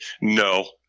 No